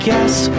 Guess